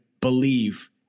believe